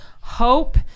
hope